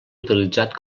utilitzat